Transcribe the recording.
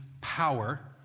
power